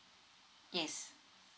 yes